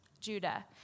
Judah